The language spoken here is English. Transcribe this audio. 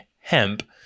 hemp